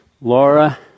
Laura